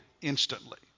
instantly